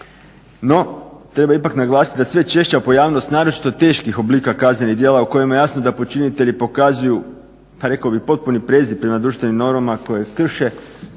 No, treba ipak naglasiti da sve češće pojavnost naročito teških oblika kaznenih djela u kojima je jasno da počinitelji pokazuju pa rekao bih potpuni prezir prema društvenim normama koje krše,